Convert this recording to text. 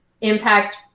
impact